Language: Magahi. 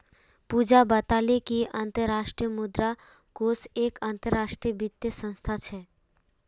पूजा बताले कि अंतर्राष्ट्रीय मुद्रा कोष एक अंतरराष्ट्रीय वित्तीय संस्थान छे